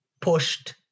pushed